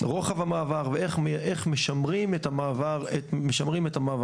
רוחב המעבר וכיצד משמרים את המעבר הזה.